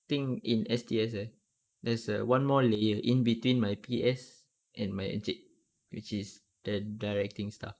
thing in S_T_S eh there's one more layer in between my P_S and my encik which is that directing staff